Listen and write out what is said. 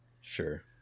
sure